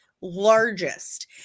Largest